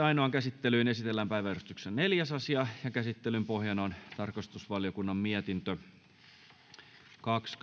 ainoaan käsittelyyn esitellään päiväjärjestyksen neljäs asia käsittelyn pohjana on tarkastusvaliokunnan mietintö kaksi